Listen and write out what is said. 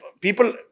people